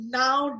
now